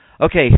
Okay